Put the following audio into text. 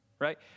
right